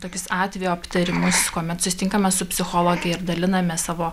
tokius atvejo aptarimus kuomet susitinkame su psichologe ir dalinamės savo